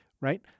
right